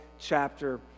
chapter